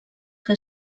que